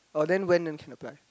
uh then when can apply